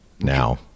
Now